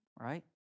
right